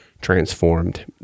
transformed